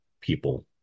people